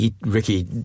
Ricky